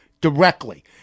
directly